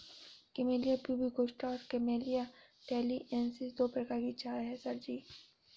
camellia प्यूबिकोस्टा और camellia टैलिएन्सिस दो प्रकार की चाय है सर जी